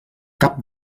cap